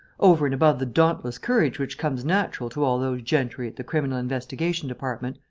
over and above the dauntless courage which comes natural to all those gentry at the criminal investigation department,